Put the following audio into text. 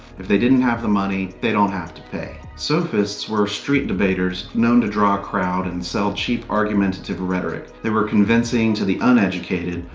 if they don't have the money, they don't have to pay. sophists were street debaters, known to draw a crowd and sell cheap argumentative rhetoric. they were convincing to the uneducated,